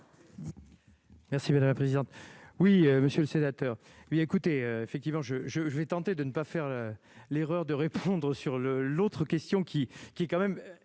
Merci madame la présidente, oui, monsieur le sénateur, hé bien écoutez, effectivement je, je, je vais tenter de ne pas faire l'erreur de répondre sur le l'autre question qui qui est quand même